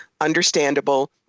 understandable